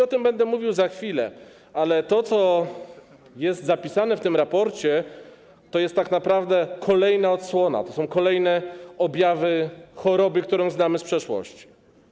O tym będę mówił za chwilę, ale to, co jest zapisane w tym raporcie, to jest tak naprawdę kolejna odsłona, to są kolejne objawy choroby, którą znamy z przeszłości.